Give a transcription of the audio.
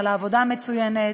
על העבודה המצוינת,